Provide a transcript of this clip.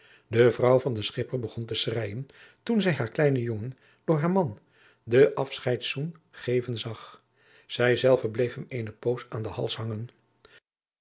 de vrouw van den schipper begon te schreijen toen zij haar kleinen jongen door haar man den asscheidszoen geven zag adriaan loosjes pzn het leven van maurits lijnslager zij zelve bleef hem eene poos aan den hals hangen